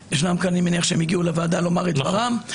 אני מניח שהם הגיעו לוועדה לומר את דברם.